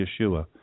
Yeshua